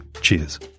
Cheers